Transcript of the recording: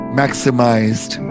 maximized